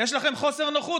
יש לכם חוסר נוחות,